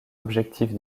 objectifs